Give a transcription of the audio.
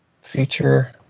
feature